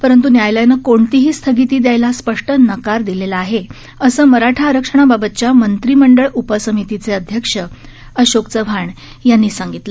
परंतु न्यायालयाने कोणतीही स्थगिती देण्यास स्पष्ट नकार दिलेला आहे असे मराठा आरक्षणाबाबतच्या मंत्रीमंडळ उपसमितीचे अध्यक्ष अशोक चव्हाण यांनी सांगितले